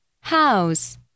house